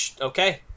Okay